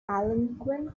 algonquin